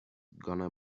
gonna